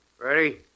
Ready